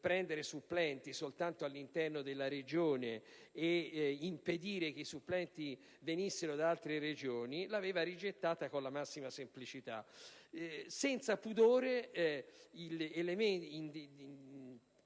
prendere supplenti soltanto all'interno della Regione ed impedire che i supplenti venissero anche da altre Regioni, era stata rigettata dalla Consulta con la massima semplicità. Senza pudore,